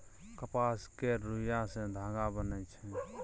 कपास केर रूइया सँ धागा बनइ छै